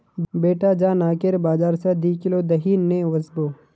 बेटा जा नाकेर बाजार स दी किलो दही ने वसबो